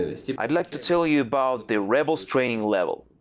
i'd like to tell you about the rebels training level.